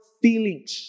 feelings